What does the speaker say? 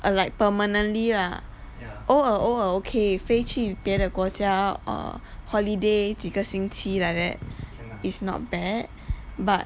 err like permanently lah 偶尔偶尔 okay 飞去别的国家 err holiday 几个星期 like that is not bad but